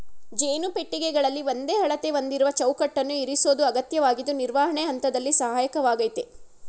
ಜೇನು ಪೆಟ್ಟಿಗೆಗಳಲ್ಲಿ ಒಂದೇ ಅಳತೆ ಹೊಂದಿರುವ ಚೌಕಟ್ಟನ್ನು ಇರಿಸೋದು ಅಗತ್ಯವಾಗಿದ್ದು ನಿರ್ವಹಣೆ ಹಂತದಲ್ಲಿ ಸಹಾಯಕವಾಗಯ್ತೆ